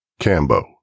Cambo